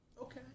Okay